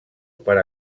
per